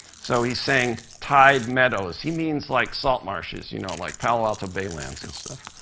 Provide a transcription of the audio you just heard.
so he's saying tide meadows. he means, like, salt marshes you know, like, palo alto bay lands and stuff.